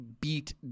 beat